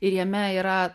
ir jame yra